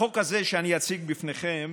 החוק הזה שאני אציג בפניכם